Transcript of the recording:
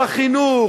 בחינוך,